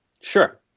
Sure